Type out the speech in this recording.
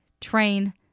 Train